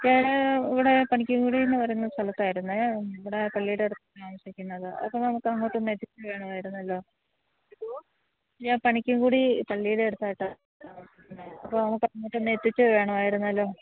കേ ഇവിടെ പണിക്കകുടി എന്ന് പറഞ്ഞ സ്ഥലത്തായിരുന്നു ഇവിടെ പള്ളിയുടെ അടുത്താണ് താമസിക്കുന്നത് അതൊക്കെ നമുക്ക് അങ്ങോട്ടൊന്ന് എത്തിച്ച് തരണവായിരുന്നല്ലോ ഞാന് പണിക്കൻകുടി പള്ളിയുടെ അടുത്തായിട്ടാണ് താമസിക്കുന്നത് അപ്പോൾ നമുക്ക് അങ്ങോട്ടൊന്ന് എത്തിച്ച് വേണമായിരുന്നല്ലോ